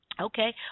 Okay